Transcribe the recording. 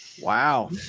Wow